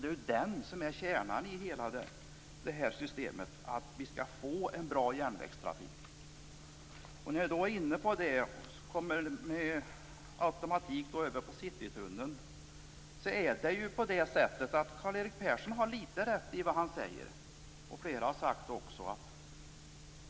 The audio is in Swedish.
Det är ju det som är kärnan i hela systemet, dvs. att vi skall få en bra järnvägstrafik. När jag ändå är inne på det ämnet kommer jag med automatik över på Citytunneln. Karl-Erik Persson har litet rätt i vad han säger, och det är också flera andra som har sagt samma sak.